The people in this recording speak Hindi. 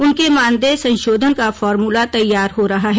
उनके मानदेय संशोधन का फार्मूला तैयार हो रहा है